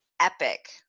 epic